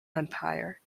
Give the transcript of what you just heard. empire